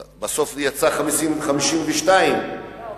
בסוף זה יצא 52, לא.